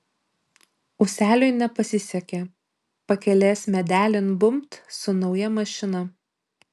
ūseliui nepasisekė pakelės medelin bumbt su nauja mašina